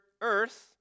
earth